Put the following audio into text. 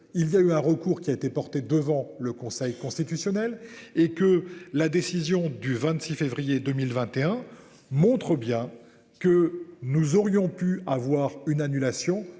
il y a eu un recours qui a été porté devant le Conseil constitutionnel et que la décision du 26 février 2021, montre bien que nous aurions pu avoir une annulation